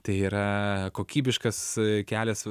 tai yra kokybiškas kelias